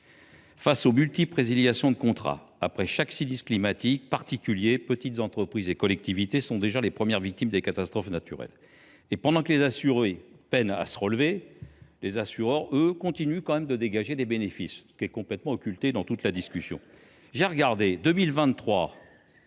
Face aux nombreuses résiliations de contrats, après chaque sinistre climatique, particuliers, petites entreprises et collectivités sont déjà les premières victimes des catastrophes naturelles. Et pendant que les assurés peinent à se relever, les assureurs, eux, continuent de dégager des bénéfices, ce qui est complètement occulté dans notre discussion. En 2023,